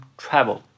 travel